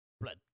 Blood